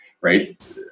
right